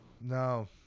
No